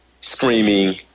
screaming